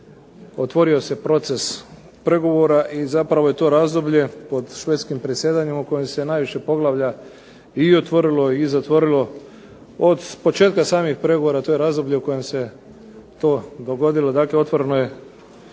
otvorio se proces pregovora i zapravo je to razdoblje pod švedskim predsjedanjem u kojem se najviše poglavlja i otvorilo i zatvorilo. Od početka samih pregovora to je razdoblje u kojem se to dogodilo,